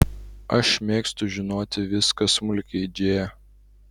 aš mėgstu žinoti viską smulkiai džėja